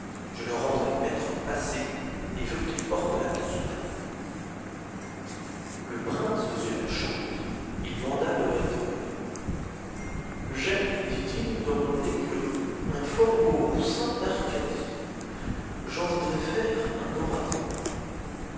je le rendrai maître passé et veux qu'il porte la soutane le prince sut la chose il manda le rhéteur j'ai dit-il en mon écurie un fort beau roussin d'arcadie j'en voudrais faire un orateur